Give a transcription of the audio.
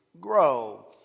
grow